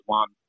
one